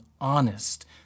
honest